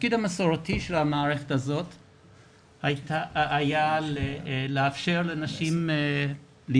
התפקיד המסורתי של המערכת הזאת היה לאפשר לאימהות,